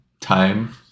time